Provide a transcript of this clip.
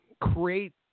create